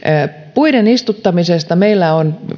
puiden istuttamisesta meillä on